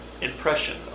impression